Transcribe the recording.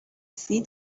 see